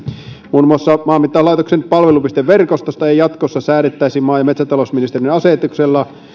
muun muassa maanmittauslaitoksen palvelupisteverkostosta ei jatkossa säädettäisi maa ja metsätalousministeriön asetuksella